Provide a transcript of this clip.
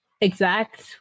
exact